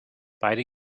beide